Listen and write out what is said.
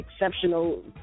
exceptional